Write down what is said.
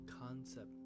concept